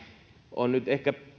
on nyt ehkä